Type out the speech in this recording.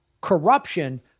corruption